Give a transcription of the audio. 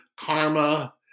karma